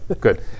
Good